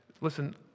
Listen